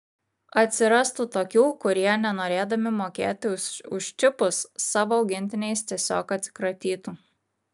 atsirastų tokių kurie nenorėdami mokėti už čipus savo augintiniais tiesiog atsikratytų